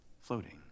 floating